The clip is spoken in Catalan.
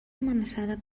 amenaçada